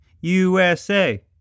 USA